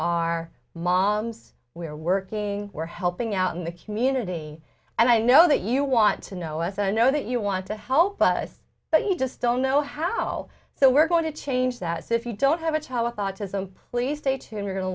are moms we're working we're helping out in the community and i know that you want to know us i know that you want to help us but you just don't know how so we're going to change that so if you don't have a child with autism please stay tuned we're going to